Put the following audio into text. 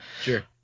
Sure